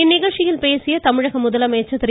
இந்நிகழ்ச்சியில் பேசிய முதலமைச்சர் திரு